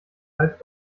halb